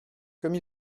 comme